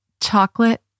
Chocolate